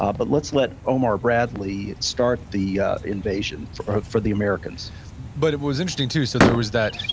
ah but let's let omar bradley start the invasion for for the americans but it was interesting too. so, there was that,